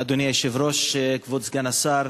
אדוני היושב-ראש, כבוד סגן השר,